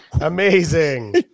amazing